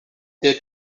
their